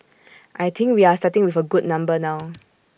I think we are starting with A good number now